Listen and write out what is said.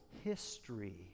history